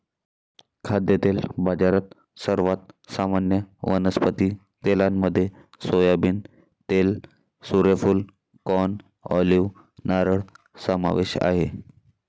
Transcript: खाद्यतेल बाजारात, सर्वात सामान्य वनस्पती तेलांमध्ये सोयाबीन तेल, सूर्यफूल, कॉर्न, ऑलिव्ह, नारळ समावेश आहे